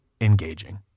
engaging